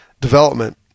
development